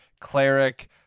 cleric